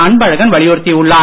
அன்பழகன் வலியுறுத்தியுள்ளார்